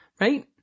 Right